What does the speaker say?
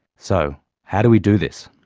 so how do we do this?